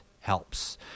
helps